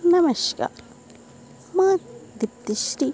ନମସ୍କାର ମୁଁ ଦିପ୍ତିଶ୍ରୀ